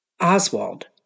Oswald